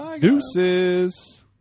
Deuces